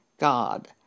God